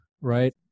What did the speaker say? right